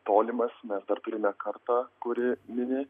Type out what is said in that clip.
tolimas mes dar turime kartą kuri mini